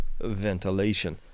ventilation